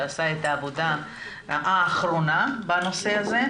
שעשה את העבודה האחרונה בנושא הזה,